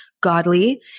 godly